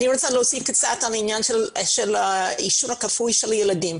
אני רוצה להוסיף קצת בעניין של העישון הכפוי של הילדים.